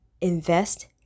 invest